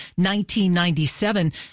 1997